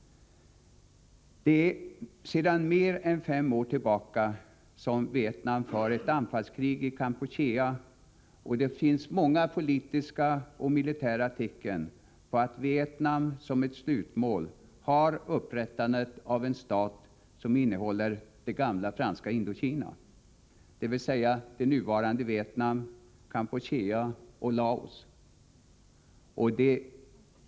Sedan mer än fem år tillbaka för Vietnam ett anfallskrig i Kampuchea, och det finns många politiska och militära tecken på att Vietnam som ett slutmål har upprättandet av en stat som innehåller det gamla Franska Indokina, dvs. det nuvarande Vietnam, Kampuchea och Laos.